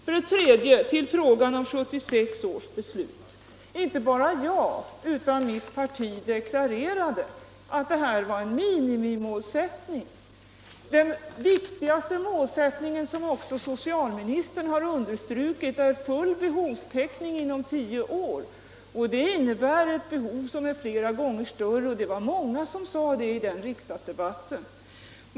Till frågan om 1976 års beslut: Inte bara jag utan mitt parti deklarerade att det här var en minimimålsättning. Den viktigaste målsättningen är, som också socialministern har understrukit, full behovstäckning inom tio år, och det är ett behov som är flera gånger större. Det var många som sade det i riksdagsdebatten 1976.